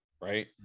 right